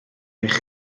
eich